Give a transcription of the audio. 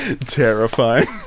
Terrifying